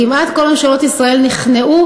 כמעט כל ממשלות ישראל נכנעו